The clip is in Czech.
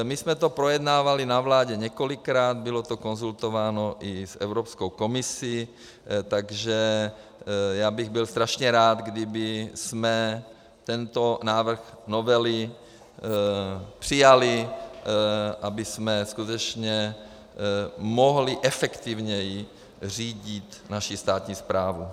My jsme to projednávali na vládě několikrát, bylo to konzultováno i s Evropskou komisí, takže já bych byl strašně rád, kdybychom tento návrh novely přijali, abychom skutečně mohli efektivněji řídit naši státní správu.